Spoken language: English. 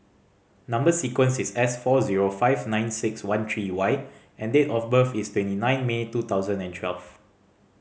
number sequence is S four zero five nine six one three Y and date of birth is twenty nine May two thousand and twelve